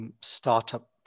startup